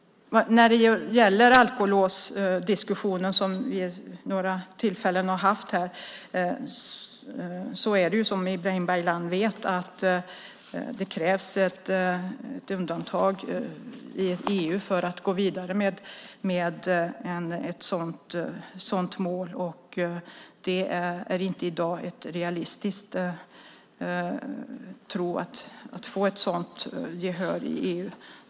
När det gäller diskussionen om alkolås, som vi har haft vid några tillfällen, vet Ibrahim Baylan att det krävs ett undantag i EU för att vi ska kunna gå vidare med ett sådant mål. Det är i dag inte realistiskt att tro att vi ska få gehör för ett sådant i EU.